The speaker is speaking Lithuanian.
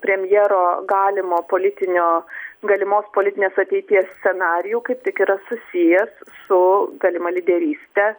premjero galimo politinio galimos politinės ateities scenarijų kaip tik yra susijęs su galima lyderyste